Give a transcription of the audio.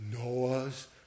Noah's